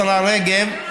השרה רגב,